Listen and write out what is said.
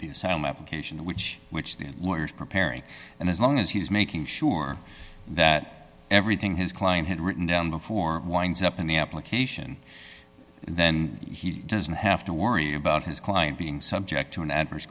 nine which the lawyers preparing and as long as he's making sure that everything his client had written before it winds up in the application then he doesn't have to worry about his client being subject to an adverse